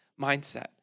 mindset